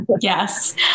Yes